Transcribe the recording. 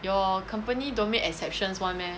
your company don't make exceptions [one] meh